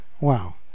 wow